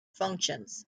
functions